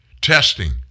testing